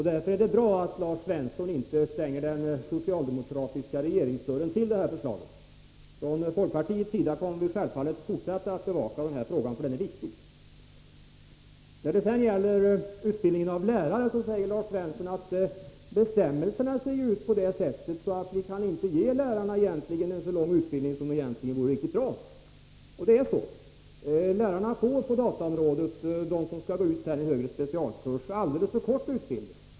Därför är det bra att Lars Svensson inte stänger den socialdemokratiska regeringsdörren till det här förslaget. Från folkpartiets sida kommer vi självfallet att fortsätta att bevaka den här frågan, för det är en viktig fråga. När det sedan gäller utbildningen av lärare säger Lars Svensson att bestämmelserna ser ut på ett sådant sätt att man inte kan ge lärarna en så lång utbildning som det egentligen vore bra att de fick. Det är riktigt att de lärare på dataområdet som skall gå ut och undervisa i högre specialkurser har en alldeles för kort utbildning.